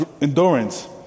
endurance